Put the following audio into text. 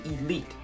elite